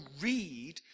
read